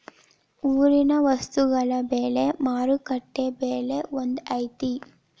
ಊರಿನ ವಸ್ತುಗಳ ಬೆಲೆ ಮಾರುಕಟ್ಟೆ ಬೆಲೆ ಒಂದ್ ಐತಿ?